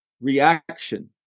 reaction